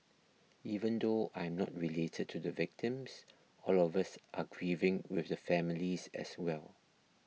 even though I am not related to the victims all of us are grieving with the families as well